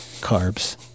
carbs